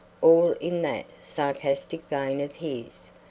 all in that sarcastic vein of his,